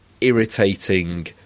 irritating